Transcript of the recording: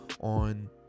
on